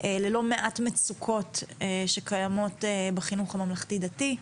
ללא מעט מצוקות שקיימות בחינוך הממלכתי-דתי.